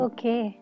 Okay